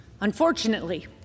Unfortunately